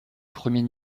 premier